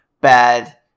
bad